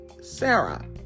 Sarah